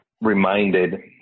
reminded